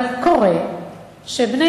אבל קורה שבן-זוג,